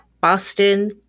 Boston